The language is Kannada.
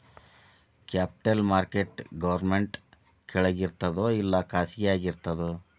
ಕ್ಯಾಪಿಟಲ್ ಮಾರ್ಕೆಟ್ ಗೌರ್ಮೆನ್ಟ್ ಕೆಳಗಿರ್ತದೋ ಇಲ್ಲಾ ಖಾಸಗಿಯಾಗಿ ಇರ್ತದೋ?